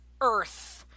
earth